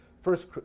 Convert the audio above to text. first